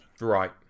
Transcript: right